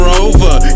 Rover